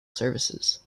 services